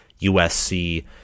USC